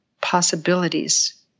possibilities